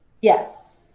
Yes